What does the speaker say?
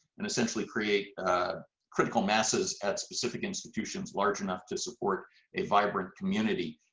and essentially create critical masses at specific institutions large enough to support a vibrant community.